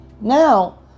Now